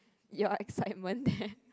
your excitement there